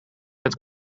bent